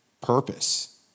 purpose